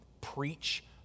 preach